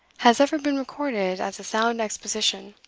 has ever been recorded as a sound exposition.